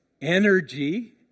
energy